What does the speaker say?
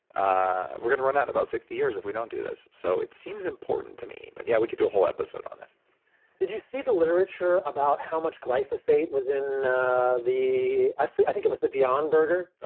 ah we're going to run out in about sixty years if we don't do this. so it seems important to me. but yeah. we could do a whole episode on this did you see the literature about how much glyphosate was on ah i think it was the beyond burger?